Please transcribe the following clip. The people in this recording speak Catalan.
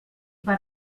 per